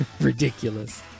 ridiculous